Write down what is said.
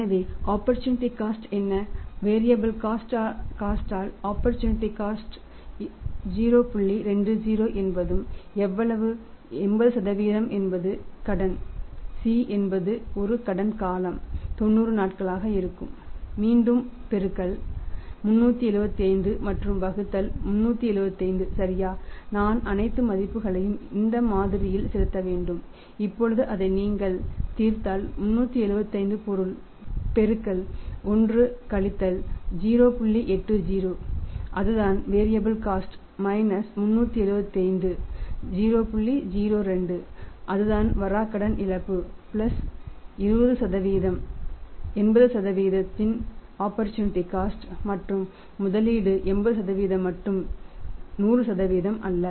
எனவேஆப்பர்சூனிட்டி cost மற்றும் முதலீடு 80 மட்டும் 100 அல்ல